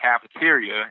cafeteria